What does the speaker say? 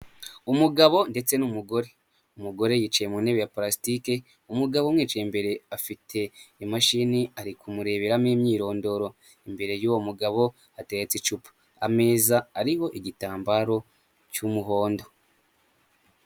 Umugabo ndetse n'umugore umugore yicaye mu ntebe ya purasitike, umugabo umwicaye imbere afite imashini ari kumureberamo imyirondoro, imbere y'uwo mugabo hateretse icupa, ameza ariho igitambaro cy'umuhondo.